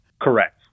Correct